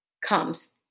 comes